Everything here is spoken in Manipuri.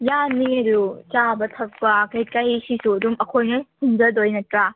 ꯌꯥꯅꯤ ꯆꯥꯕ ꯊꯛꯄ ꯀꯩꯀꯩꯁꯤꯁꯨ ꯑꯗꯨꯝ ꯑꯩꯈꯣꯏꯅ ꯁꯤꯟꯖꯗꯣꯏ ꯅꯠꯇ꯭ꯔꯥ